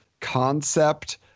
concept